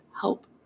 help